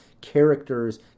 characters